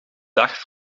dag